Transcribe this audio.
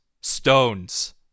stones